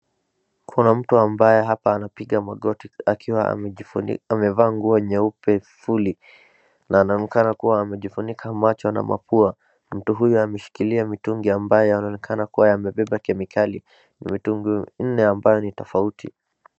Kuna mtu ambaye hapa anapiga magoti akiwa amevaa nguo nyeupe fuli na anaonekana kuwa amejifunika macho na mapua, mtu huyu ameshikilia mitungi ambayo inaonekana kuwa yamebeba kemikali, ni mitungi nne tofauti.